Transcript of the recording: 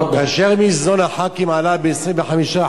כאשר במזנון הח"כים המחירים עלו ב-25%,